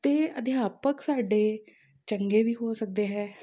ਅਤੇ ਅਧਿਆਪਕ ਸਾਡੇ ਚੰਗੇ ਵੀ ਹੋ ਸਕਦੇ ਹੈ